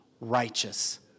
righteous